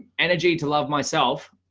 energy to love myself,